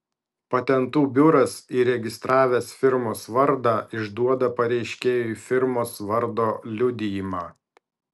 patentų biuras įregistravęs firmos vardą išduoda pareiškėjui firmos vardo liudijimą